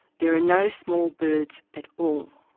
there are no small birds at all.